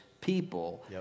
people